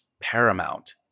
paramount